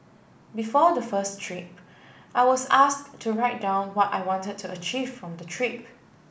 before the first trip I was asked to write down what I wanted to achieve from the trip